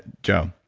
joe.